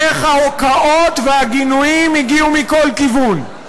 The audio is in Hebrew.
איך ההוקעות והגינויים הגיעו מכל כיוון.